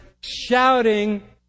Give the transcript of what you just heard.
shouting